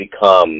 become